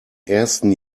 ersten